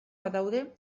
badaude